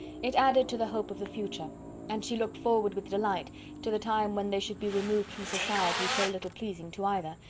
it added to the hope of the future and she looked forward with delight to the time when they should be removed from society so little pleasing to either,